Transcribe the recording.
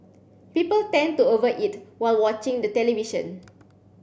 people tend to over eat while watching the television